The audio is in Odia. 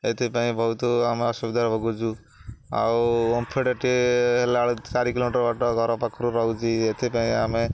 ଏଥିପାଇଁ ବହୁତ ଆମେ ଅସୁବିଧା ଭୋଗୁଛୁ ଆଉ ଓମଫିଡ଼ଟିଏ ହେଲା ବେଳେ ଚାରି କିଲୋମିଟର ବାଟ ଘର ପାଖରୁ ରହୁଛି ଏଥିପାଇଁ ଆମେ